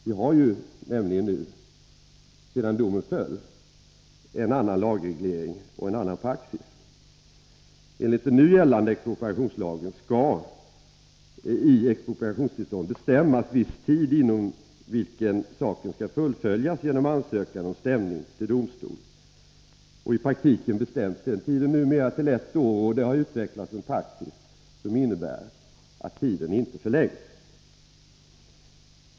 Vi har nämligen, sedan domen föll, fått en annan lagreglering och praxis. Enligt den nu gällande expropriationslagen skall i expropriationstillstånd bestämmas viss tid inom vilken saken skall fullföljas genom ansökan om stämning till domstol. I praktiken bestäms den tiden numera till ett år, och det har utvecklats en praxis som innebär att tiden inte förlängs.